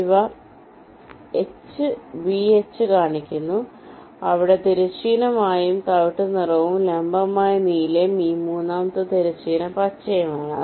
ഇത് HVH കാണിക്കുന്നു അവിടെ തിരശ്ചീനമായി തവിട്ടുനിറവും ലംബമായ നീലയും ഈ മൂന്നാമത്തെ തിരശ്ചീനം പച്ചയുമാണ്